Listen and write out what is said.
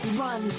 run